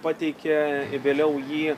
pateikia ir vėliau jį